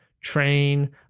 train